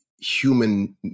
human